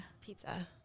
Pizza